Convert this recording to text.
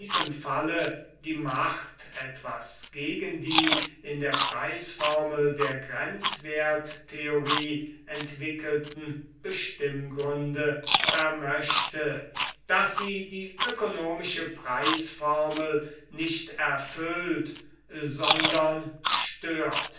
falle die macht etwas gegen die in der preisformel der grenz werttheorie entwickelten bestimmgründe vermöchte daß sie die ökonomische preisformel nicht erfüllt sondern stört